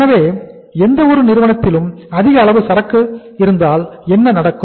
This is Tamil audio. எனவே எந்த ஒரு நிறுவனத்திலும் அதிக அளவு சரக்கு இருந்தால் என்ன நடக்கும்